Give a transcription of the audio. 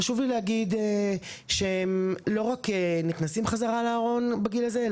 חשוב לי להגיד שלא רק נכנסים חזרה לארון בגיל הזה,